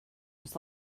was